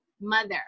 mother